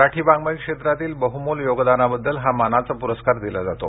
मराठी वाडमय क्षेत्रातील बहुमोल योगदानाबद्दल हा मानाचा पुरस्कार दिला जातो